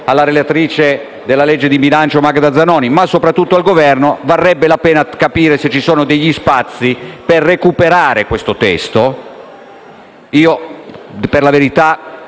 alla relatrice sul disegno di legge di bilancio Magda Zanoni e soprattutto al Governo: varrebbe la pena di capire se ci sono spazi per recuperare quel testo.